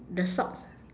the socks